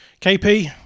KP